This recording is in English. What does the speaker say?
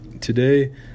Today